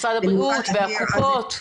משרד הבריאות והקופות.